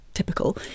typical